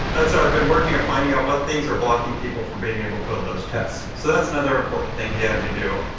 and so i've been working and finding out what things are blocking people from being able to build those tests. so that's another important thing he had me do.